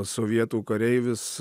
sovietų kareivis